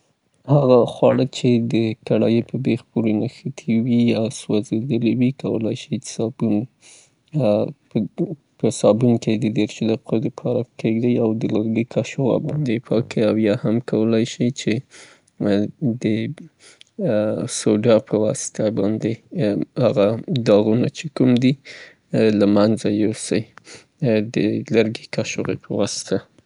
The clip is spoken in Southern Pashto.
د سوزیدلي دیګ باندې خصوصاً هغه مواد چه نښتي وي یا هغه خواړه نښتي وي، سوځیدلي وي. زما په نظر د پنځه لسو دقیقو لپاره په اوبو او صابون کې پریښودل سي. که چیرې اړتیا وي په نرمه کاشوغه باندې پاک شي، په نرمی سره د لرګي په کاشوغه سره البته. او یا هم د سوډا نه استفاده وکي، پیدا کیدای سي په اسانی باندې پاک سي.